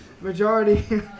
majority